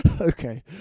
Okay